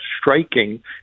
striking